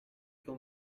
con